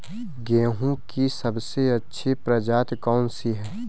गेहूँ की सबसे अच्छी प्रजाति कौन सी है?